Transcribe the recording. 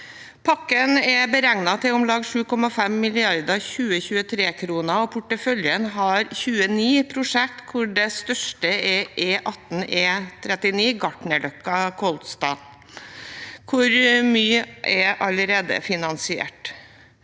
Pakken er beregnet til om lag 7,5 mrd. 2023-kroner, og porteføljen har 29 prosjekter. Det største er E18/E39 Gartnerløkka–Kolsdalen, hvor mye allerede er finansiert.